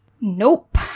Nope